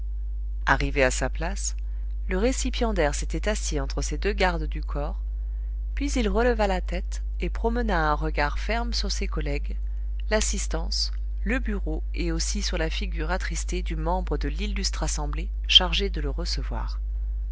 arrivé à sa place le récipiendaire s'était assis entre ses deux gardes du corps puis il releva la tête et promena un regard ferme sur ses collègues l'assistance le bureau et aussi sur la figure attristée du membre de l'illustre assemblée chargé de le recevoir